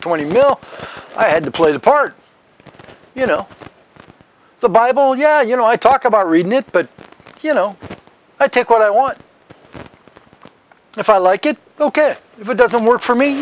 twenty mil i had to play the part you know the bible yeah you know i talk about reading it but you know i take what i want if i like it ok if it doesn't work for me